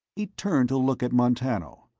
he turned to look at montano.